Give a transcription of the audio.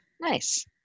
Nice